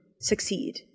succeed